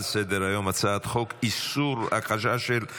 אני קובע כי הצעת חוק ההוצאה לפועל (תיקון מס' 78)